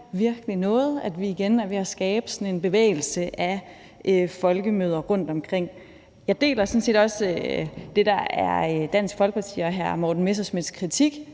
virkelig kan noget, at vi igen er ved at skabe sådan en bevægelse af folkemøder rundtomkring. Jeg deler sådan set også det, der er Dansk Folkeparti og hr. Morten Messerschmidts kritik